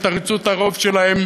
את עריצות הרוב שלהן,